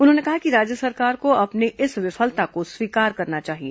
उन्होंने कहा कि राज्य सरकार को अपनी इस विफलता को स्वीकार करना चाहिए